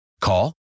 Call